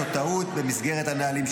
זאת טעות במסגרת הנהלים,